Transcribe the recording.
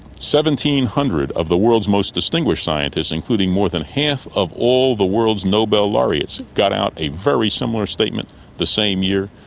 and hundred of the world's most distinguished scientists, including more than half of all the world's nobel laureates got out a very similar statement the same year.